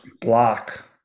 block